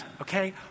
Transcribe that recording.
okay